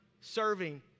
serving